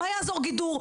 מה יעזור גידור?